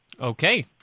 Okay